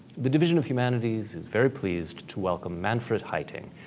the division of humanities is very pleased to welcome manfred heiting,